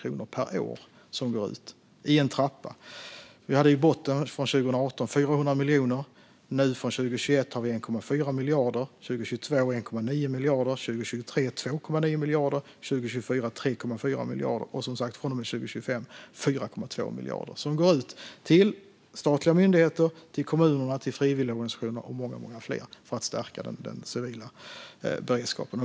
Det är en trappa: I botten hade vi 400 miljoner från 2018 - nu från 2021 är det 1,4 miljarder, 2022 är det 1,9 miljarder, 2023 är det 2,9 miljarder, 2024 är det 3,4 miljarder och från 2025 är det som sagt 4,2 miljarder. Dessa medel går ut till statliga myndigheter, kommuner, frivilligorganisationer och många fler för att stärka den civila beredskapen.